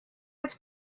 his